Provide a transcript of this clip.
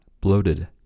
bloated